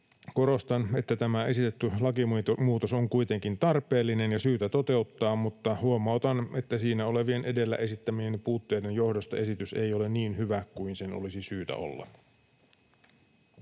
Korostan, että tämä esitetty lakimuutos on kuitenkin tarpeellinen ja syytä toteuttaa, mutta huomautan, että siinä olevien edellä esittämieni puutteiden johdosta esitys ei ole niin hyvä kuin sen olisi syytä olla.